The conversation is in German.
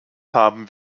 haben